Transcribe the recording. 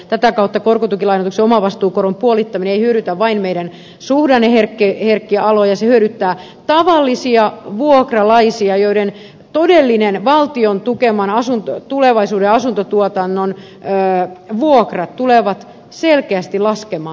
tätä kautta korkotukilainoituksen omavastuukoron puolittaminen ei hyödytä vain meidän suhdanneherkkiä alojamme vaan se hyödyttää tavallisia vuokralaisia kun valtion tukeman tulevaisuuden asuntotuotannon vuokrat tulevat selkeästi laskemaan